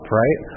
right